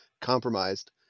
compromised